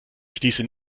schließe